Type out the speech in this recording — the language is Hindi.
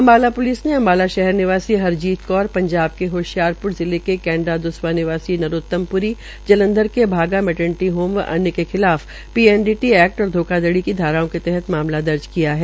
अम्बाला प्लिस ने अम्बाला शहर निवासी हरजीत कौर पंजाब के होशियारप्र जिले के कैंडा द्रसवा निवासी नरोतम प्री जांलधर के भाग मैट्रनिटी होम व अन्य के खिलाफ पीएनडीटी एक्ट और धोखाधड़ी की धाराओं के तहत मामला दर्ज किया है